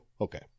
Okay